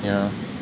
yeah